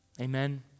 Amen